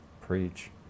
Preach